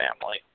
family